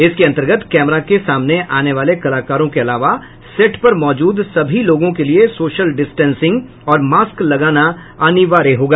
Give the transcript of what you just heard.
इसके अन्तर्गत कैमरा के सामने आने वाले कलाकारों के अलावा सेट पर मौजूद सभी लोगों के लिए सोशल डिस्टेंसिंग और मास्क लगाना अनिवार्य होगा